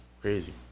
crazy